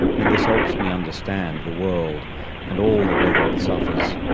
and this helps me understand the world and all the weather it suffers,